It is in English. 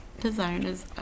designers